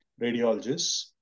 Radiologists